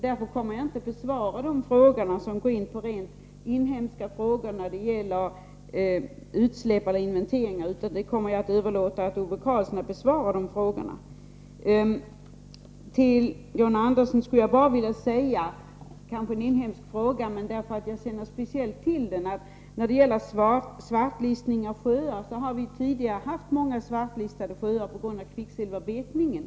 Därför kommer jag inte att besvara de frågor som gäller rent inhemska angelägenheter i fråga om utsläpp och inventeringar, utan de frågorna kommer jag att överlåta åt Ove Karlsson att besvara. Till John Andersson skulle jag bara vilja säga — det är kanske en inhemsk fråga, men jag vill besvara den därför att jag speciellt känner till den — att vi tidigare haft många sjöar svartlistade på grund av klicksilverbetningen.